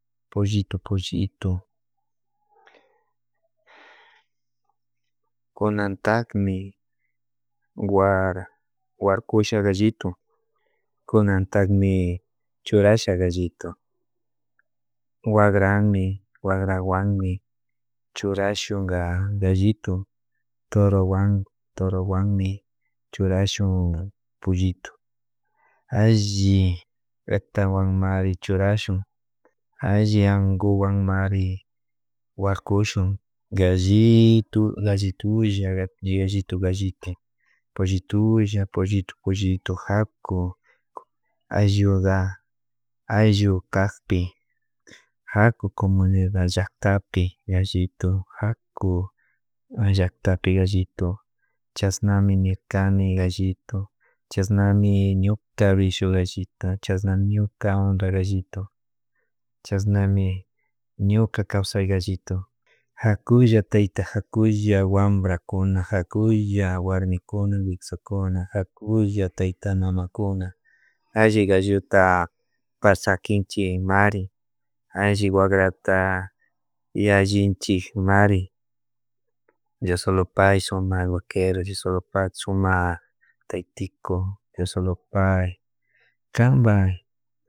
Pullitu pullitu kunatakmi wara warkusha gallitu kunatakmmi churasha gallito wangranmi wagrawanmi churashunka gallitu toro wan torawanmi churashun pullitu alli yatwanmari churashun alli anguwanmari warkushun gallitu gallitulla gallitu galliti pollitulla pollito pollitu jaku ayllu aylukakpi jaku comunidad llaktapi gallitu haku llaktapi gallitu chasnami ñikani gallitu chasnami ñukabishu gallita chasnami ñuka onda gallitu chasnami ñuka kaysay gallitu hakulla tayta hakulla wambrakuna hakulla warmikuna kusakuna jakulla tayta mamakuna alli gallota paskinchikmari arimari alli wakrata yallinchikmari Diosolopay sumak baquero Diosolopay sumak taytiku diosolopay kanpak.